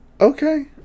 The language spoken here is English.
Okay